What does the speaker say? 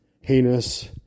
heinous